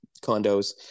condos